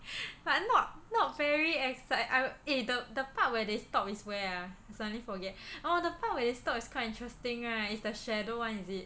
but not not very excit~ I eh the the part where they stop is where ah suddenly forget orh the part where they stop is quite interesting right is the shadow [one] is it